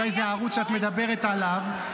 אולי זה הערוץ שאת מדברת אליו,